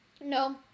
No